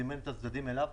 זימן את הצדדים אליו,